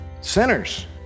sinners